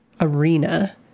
Arena